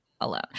alone